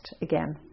again